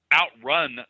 outrun